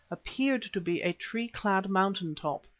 appeared to be a tree-clad mountain top.